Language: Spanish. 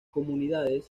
comunidades